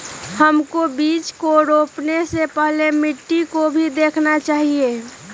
हमको बीज को रोपने से पहले मिट्टी को भी देखना चाहिए?